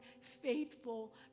faithful